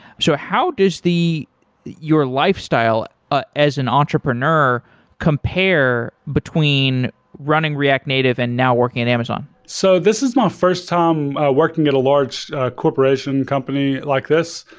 so how does your lifestyle ah as an entrepreneur compare between running react native and now working at amazon? so this is my first time working at a large corporation company like this.